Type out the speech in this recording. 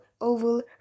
oval